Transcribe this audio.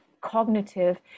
cognitive